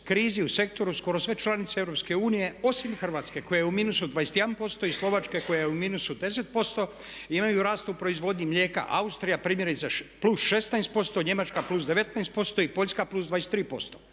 krizi u sektoru skoro sve članice EU osim Hrvatske koja je u minusu 21% i Slovačke koja je u minusu 10% imaju rast u proizvodnji mlijeka, Austrija primjerice plus 16%, Njemačka plus 19% i Poljska plus 23%.